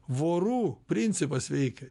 vorų principas veikia